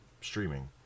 streaming